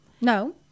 no